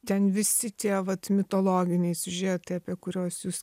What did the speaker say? ten visi tie vat mitologiniai siužetai apie kurios jūs